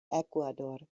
ecuador